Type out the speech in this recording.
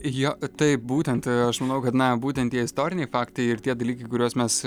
jo taip būtent aš manau kad na būtent tie istoriniai faktai ir tie dalykai kuriuos mes